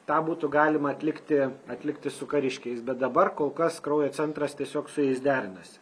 tą būtų galima atlikti atlikti su kariškiais bet dabar kol kas kraujo centras tiesiog su jais derinasi